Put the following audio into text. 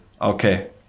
okay